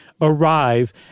arrive